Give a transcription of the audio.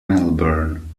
melbourne